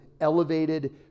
elevated